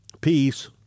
peace